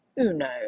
uno